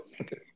okay